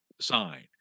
sign